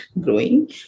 growing